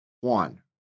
One